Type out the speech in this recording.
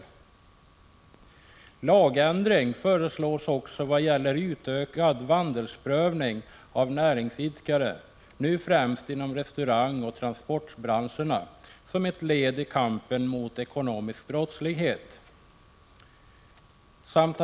Lagändring föreslås också vad gäller en utökad vandelsprövning av näringsidkare, främst inom restaurangoch transportbranscherna, som ett led i kampen mot ekonomisk brottslighet.